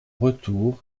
retour